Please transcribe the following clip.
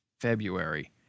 February